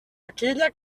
aquella